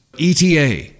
ETA